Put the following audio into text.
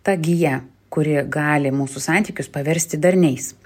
ta gija kuri gali mūsų santykius paversti darniais